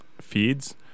feeds